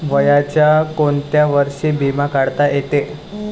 वयाच्या कोंत्या वर्षी बिमा काढता येते?